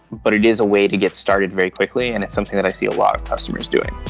but it is a way to get started very quickly and it's something that i see a lot of customers doing